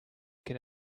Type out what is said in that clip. can